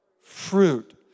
Fruit